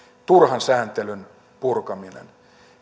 turhan sääntelyn purkaminen